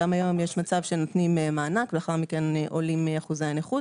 גם היום יש מצב שנותנים מענק ולאחר מכן עולים אחוזי הנכות